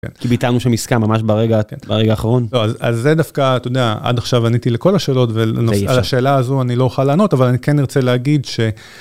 ביטלנו שם עיסקה ממש ברגע את הרגע האחרון אז זה דווקא אתה יודע עד עכשיו עניתי לכל השאלות ולשאלה הזו אני לא אוכל לענות אבל אני כן ארצה להגיד ש.